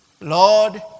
Lord